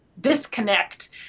disconnect